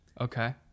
Okay